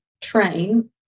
train